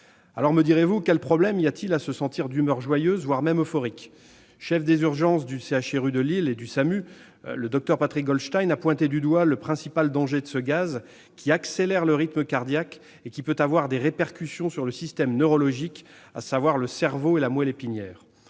Alors, me direz-vous, quel problème y a-t-il à se sentir d'humeur joyeuse, voire euphorique ? Chef des urgences du CHRU de Lille et du SAMU, le docteur Patrick Goldstein a pointé du doigt le principal danger de ce gaz, qui « accélère le rythme cardiaque » et « peut avoir des répercussions sur le système neurologique, à savoir le cerveau et la moelle épinière